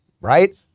right